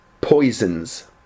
Poisons